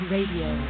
Radio